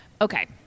Okay